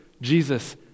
Jesus